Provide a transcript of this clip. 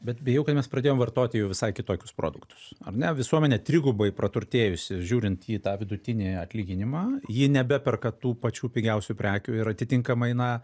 bet bijau kad mes pradėjom vartoti jau visai kitokius produktus ar ne visuomenė trigubai praturtėjusi žiūrint į tą vidutinį atlyginimą ji nebeperka tų pačių pigiausių prekių ir atitinkamai na